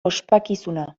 ospakizuna